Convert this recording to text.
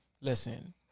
listen